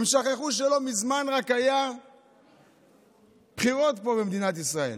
הם שכחו שרק לא מזמן היו בחירות פה במדינת ישראל,